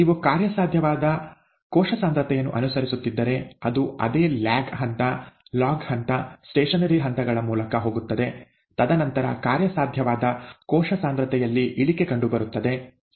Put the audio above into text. ನೀವು ಕಾರ್ಯಸಾಧ್ಯವಾದ ಕೋಶ ಸಾಂದ್ರತೆಯನ್ನು ಅನುಸರಿಸುತ್ತಿದ್ದರೆ ಅದು ಅದೇ ಲ್ಯಾಗ್ ಹಂತ ಲಾಗ್ ಹಂತ ಸ್ಟೇಶನರಿ ಹಂತಗಳ ಮೂಲಕ ಹೋಗುತ್ತದೆ ತದನಂತರ ಕಾರ್ಯಸಾಧ್ಯವಾದ ಕೋಶ ಸಾಂದ್ರತೆಯಲ್ಲಿ ಇಳಿಕೆ ಕಂಡುಬರುತ್ತದೆ